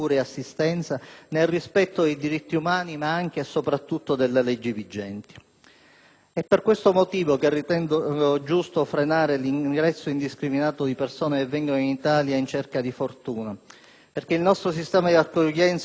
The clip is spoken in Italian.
Per questo motivo ritengo giusto frenare l'ingresso indiscriminato di persone che vengono in Italia in cerca di fortuna, in quanto il nostro sistema di accoglienza ormai è saturo e non consente più un'incontrollata affluenza in massa di forza lavoro.